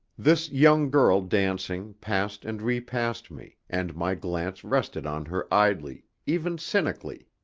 this young girl dancing passed and repassed me, and my glance rested on her idly, even cynically.